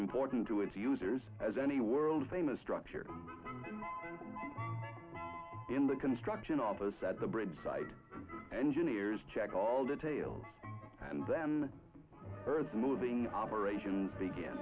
important to its users as any world famous structure in the construction office at the bridge site engineers check all details and then earth moving operations beg